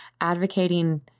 advocating